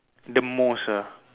the most ah